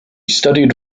studied